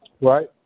right